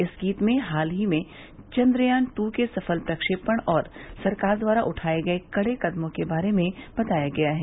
इस गीत में हाल में चन्द्रयान टू के सफल प्रक्षेपण और सरकार द्वारा उठाये गये कड़े कदमों के बारे में बताया गया है